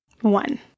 One